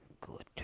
good